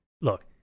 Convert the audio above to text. look